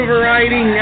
Variety